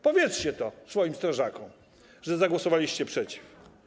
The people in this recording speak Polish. Powiedzcie to swoim strażakom, że zagłosowaliście przeciw.